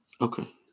Okay